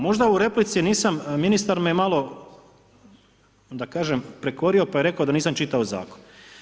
Možda u replici nisam, ministar me malo da kažem prekorio pa je rekao da nisam čitao zakon.